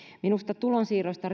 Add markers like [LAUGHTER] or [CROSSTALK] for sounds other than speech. minusta tulonsiirroista [UNINTELLIGIBLE]